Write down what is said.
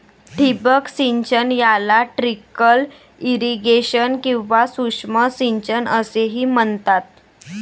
ठिबक सिंचन याला ट्रिकल इरिगेशन किंवा सूक्ष्म सिंचन असेही म्हणतात